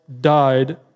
died